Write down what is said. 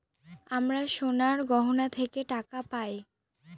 আমরা সোনার গহনা থেকে টাকা পায়